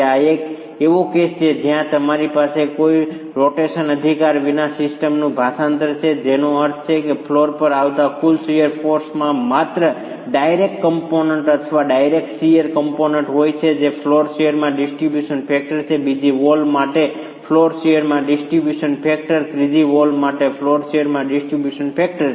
આ એક એવો કેસ છે જ્યાં તમારી પાસે કોઈ રોટેશન અધિકાર વિના સિસ્ટમનું ભાષાંતર છે જેનો અર્થ છે કે ફ્લોર પર આવતા કુલ શીયર ફોર્સમાં માત્ર ડાયરેક્ટ કમ્પોનન્ટ અથવા ડાયરેક્ટ શીયર કમ્પોનન્ટ હોય છે જે ફ્લોર શીયરમાં ડિસ્ટ્રિબ્યુશન ફેક્ટર છે બીજી વોલ માટે ફ્લોર શીયરમાં ડિસ્ટ્રિબ્યુશન ફેક્ટર અને ત્રીજી વોલ માટે ફ્લોર શીયરમાં ડિસ્ટ્રિબ્યુશન ફેક્ટર છે